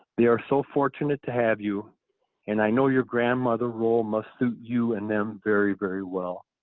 they are so fortunate to have you and i know your grandmother role must suit you and them very, very well.